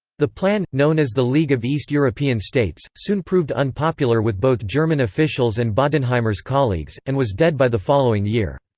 the plan, known as the league of east european states, soon proved unpopular with both german officials and bodenheimer's colleagues, and was dead by the following year.